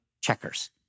checkers